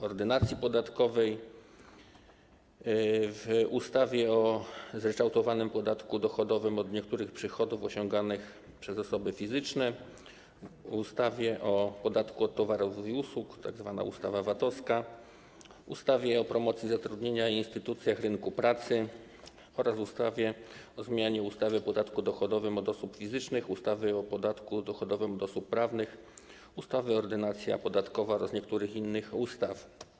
Ordynacji podatkowej, ustawie o zryczałtowanym podatku dochodowym od niektórych przychodów osiąganych przez osoby fizyczne, ustawie o podatku od towarów i usług, tzw. ustawie VAT-owskiej, ustawie o promocji zatrudnienia i instytucjach rynku pracy oraz ustawie o zmianie ustawy o podatku dochodowym od osób fizycznych, ustawy o podatku dochodowym od osób prawnych, ustawy - Ordynacja podatkowa oraz niektórych innych ustaw.